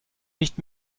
nicht